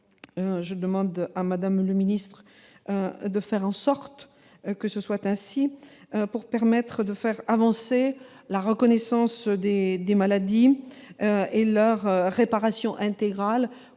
demande, madame la ministre, de faire en sorte qu'il en soit ainsi, afin de faire avancer la reconnaissance des maladies et leur réparation intégrale.